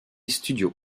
studios